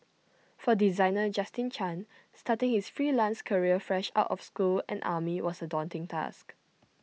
for designer Justin chan starting his freelance career fresh out of school and army was A daunting task